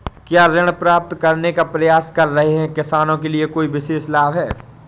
क्या ऋण प्राप्त करने का प्रयास कर रहे किसानों के लिए कोई विशेष लाभ हैं?